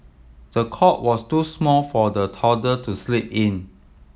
the cot was too small for the toddler to sleep in